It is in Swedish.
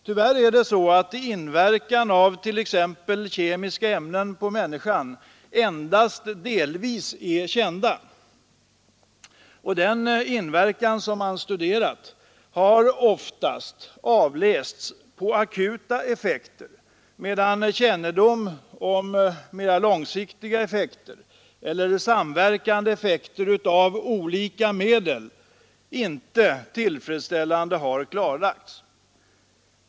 Tyvärr är inverkan av t.ex. kemiska ämnen på människan endast delvis känd. Den inverkan man studerat har oftast avlästs på akuta effekter, medan kännedomen om mera långsiktiga effekter eller samverkande effekter av olika medel inte är tillfredsställande.